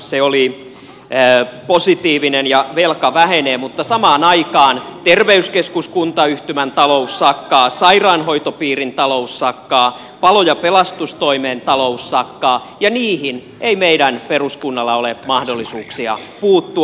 se oli positiivinen ja velka vähenee mutta samaan aikaan terveyskeskuskuntayhtymän talous sakkaa sairaanhoitopiirin talous sakkaa palo ja pelastustoimen talous sakkaa ja niihin ei meidän peruskunnalla ole mahdollisuuksia puuttua